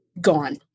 Gone